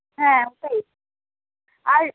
হ্যাঁ একটাই আর